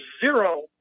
zero